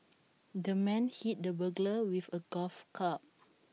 the man hit the burglar with A golf club